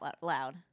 loud